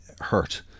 hurt